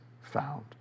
found